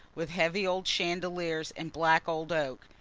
with heavy old chandeliers and black old oak,